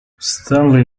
stanley